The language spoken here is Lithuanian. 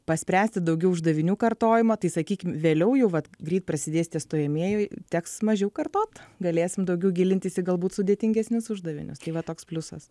paspręsti daugiau uždavinių kartojimo tai sakykim vėliau jau vat greit prasidės tie stojamieji teks mažiau kartot galėsim daugiau gilintis į galbūt sudėtingesnius uždavinius tai va toks pliusas